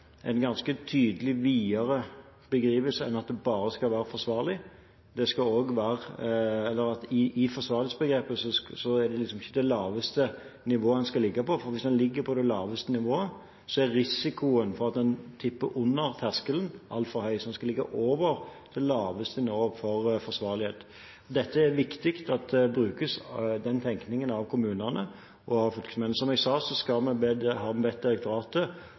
det laveste nivået, for hvis en ligger på det laveste nivået, er risikoen for at en havner under terskelen altfor høy – så en skal ligge over det laveste nivået for forsvarlighet. Det er viktig at denne tenkningen brukes av kommunene og av fylkesmennene. Som jeg sa, har vi bedt direktoratet om å gå gjennom våre erfaringer og se på dette. Så har vi